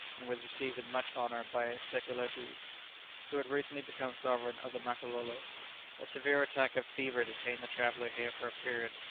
and was received with much honour by sekeletoo, who had recently become sovereign of the makalolos. a severe attack of fever detained the traveller here for a period,